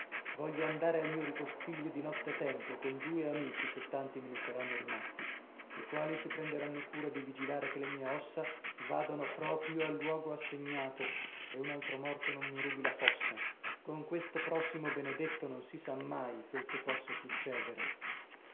voglio andare al mio ripostiglio di nottetempo con due amici se tanti me ne saranno rimasti i quali si prenderanno cura di vigilare che le mie ossa vadano proprio al luogo assegnato e un altro morto non mi rubi la fossa con questo prossimo benedetto non si sa mai quel che possa succedere